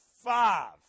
Five